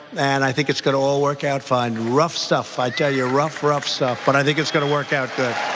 and i think it's gonna all work out fine rough stuff. i tell you a rough rough stuff, but i think it's gonna work out that.